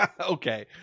Okay